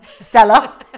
Stella